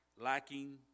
lacking